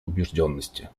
убежденности